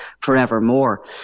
forevermore